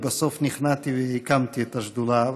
ובסוף נכנעתי והקמתי את השדולה.